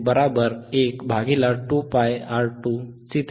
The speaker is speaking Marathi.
fH किंवा fC212πR2C3